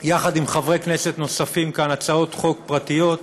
יחד עם חברי כנסת נוספים כאן הצעות חוק פרטיות.